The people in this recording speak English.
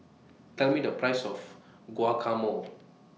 Tell Me The Price of Guacamole